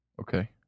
Okay